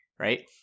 Right